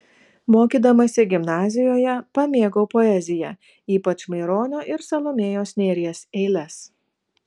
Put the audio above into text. mokydamasi gimnazijoje pamėgau poeziją ypač maironio ir salomėjos nėries eiles